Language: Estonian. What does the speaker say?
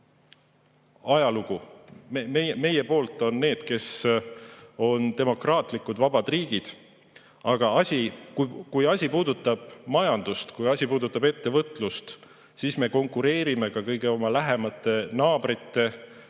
pool ajalugu, meie poolt on need, kes on demokraatlikud, vabad riigid, aga kui asi puudutab majandust, kui asi puudutab ettevõtlust, siis me konkureerime ka oma kõige lähemate naabrite,